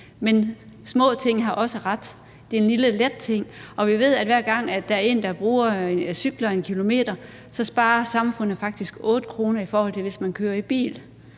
men små ting har også ret. Det er en lille, let ting, og vi ved, at hver gang der er en, der cykler 1 km, så sparer samfundet faktisk 8 kr., i forhold til hvis man kører i bil.